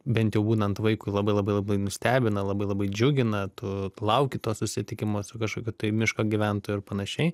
bent jau būnant vaikui labai labai labai nustebina labai labai džiugina tu lauki to susitikimo su kažkokiu tai miško gyventoju ir panašiai